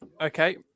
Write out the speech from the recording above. Okay